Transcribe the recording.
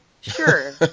sure